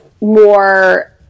more